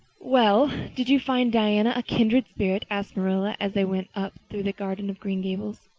well, did you find diana a kindred spirit? asked marilla as they went up through the garden of green gables.